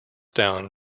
down